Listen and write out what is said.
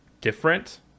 different